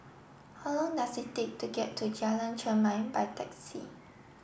how long does it take to get to Jalan Chermai by taxi